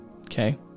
Okay